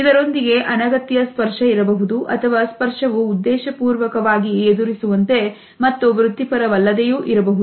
ಇದರೊಂದಿಗೆ ಅನಗತ್ಯ ಸ್ಪರ್ಶ ಇರಬಹುದು ಅಥವಾ ಸ್ಪರ್ಶವು ಉದ್ದೇಶಪೂರ್ವಕವಾಗಿ ಎದುರಿಸುವಂತೆ ಮತ್ತು ವೃತ್ತಿಪರವಲ್ಲದ ಇರಬಹುದು